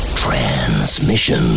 Transmission